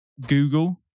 Google